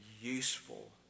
useful